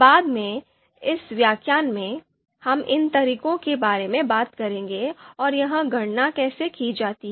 बाद में इस व्याख्यान में हम इन तरीकों के बारे में बात करेंगे और यह गणना कैसे की जाती है